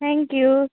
thank you